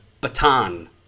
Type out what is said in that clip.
baton